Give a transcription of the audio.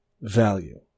value